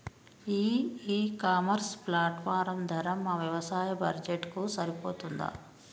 ఈ e commerce platform ధర మా వ్యవసాయ బడ్జెట్ కు సరిపోతుందా?